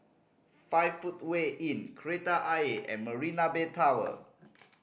Five Footway Inn Kreta Ayer and Marina Bay Tower